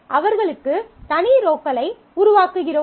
அவர்களுக்கு தனி ரோக்களை உருவாக்குகிறோம்